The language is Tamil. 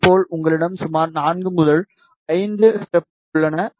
இதேபோல் உங்களிடம் சுமார் 4 அல்லது 5 ஸ்டெப்கள் உள்ளன